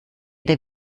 der